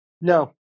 No